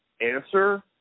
answer